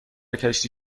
کشتی